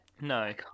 No